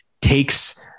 takes